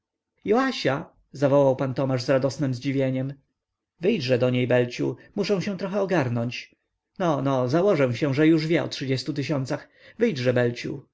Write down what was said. joasia zawołał pan tomasz z radosnem zdziwieniem wyjdźże do niej belciu muszę się trochę ogarnąć no no założę się że już wie o trzydziestu tysiącach wyjdźże